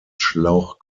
schlauch